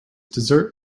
dessert